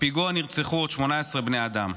בפיגוע נפצעו עוד 18 בני אדם.